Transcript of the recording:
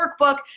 workbook